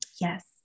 Yes